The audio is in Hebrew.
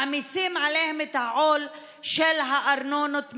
מעמיסים עליהן את העול של ארנונות למגורים.